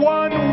one